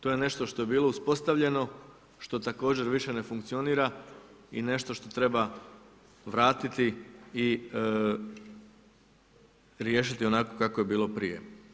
To je nešto što je bilo uspostavljeno, što također više ne funkcionira i nešto što treba vratiti i riješiti onako kako je bilo prije.